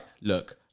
Look